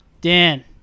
Dan